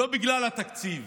לא בגלל התקציב,